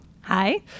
hi